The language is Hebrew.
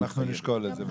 אנחנו נשקול את זה.